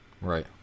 Right